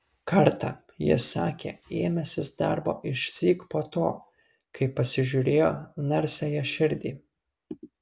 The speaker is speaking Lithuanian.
kartą jis sakė ėmęsis darbo išsyk po to kai pasižiūrėjo narsiąją širdį